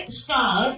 star